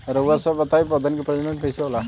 रउआ सभ बताई पौधन क प्रजनन कईसे होला?